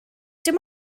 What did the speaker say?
dim